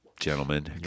gentlemen